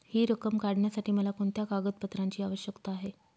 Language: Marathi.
हि रक्कम काढण्यासाठी मला कोणत्या कागदपत्रांची आवश्यकता आहे?